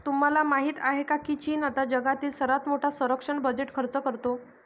तुम्हाला माहिती आहे का की चीन आता जगातील सर्वात मोठा संरक्षण बजेट खर्च करतो?